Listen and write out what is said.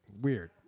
weird